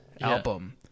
album